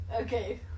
Okay